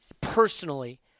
personally